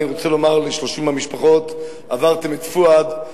אני רוצה לומר ל-30 המשפחות: עברתם את פואד,